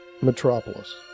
Metropolis